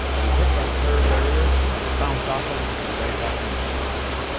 they hit that terror barrier and they bounce off it, and right back into bondage,